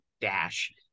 dash